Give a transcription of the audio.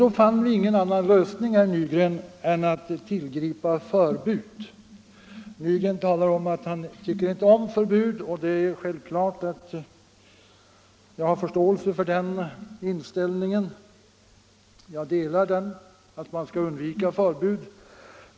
Då såg vi ingen annan lösning, herr Nygren, än att tillgripa förbud. Herr Nygren säger att han inte tycker om förbud. Det är självklart att jag har förståelse för den inställningen — jag delar uppfattningen att man skall undvika förbud.